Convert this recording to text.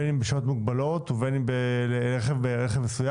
בין אם בשעות מוגבלות ובין אם רכב מסוים.